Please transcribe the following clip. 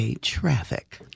Traffic